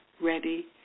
ready